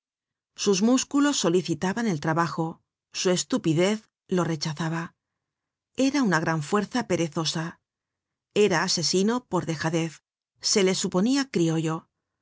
sus músculos solicitaban el trabajo su estupidez lo rechazaba era una gran fuerza perezosa era asesino por dejadez se le suponia criollo